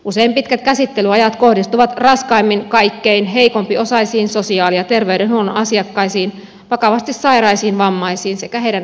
usein pitkät käsittelyajat kohdistuvat raskaimmin kaikkein heikompiosaisiin sosiaali ja terveydenhuollon asiakkaisiin vakavasti sairaisiin vammaisiin sekä heidän omaisiinsa